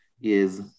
is-